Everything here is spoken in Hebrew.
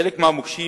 חלק מהמוקשים